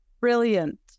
brilliant